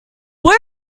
where